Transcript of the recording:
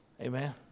Amen